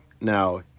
Now